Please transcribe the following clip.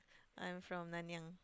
I'm from Nanyang